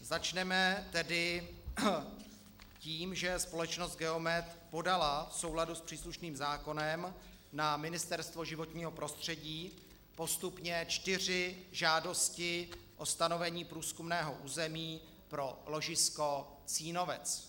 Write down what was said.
Začneme tedy tím, že společnost Geomet podala v souladu s příslušným zákonem na Ministerstvo životního prostředí postupně čtyři žádosti o stanovení průzkumného území pro ložisko Cínovec.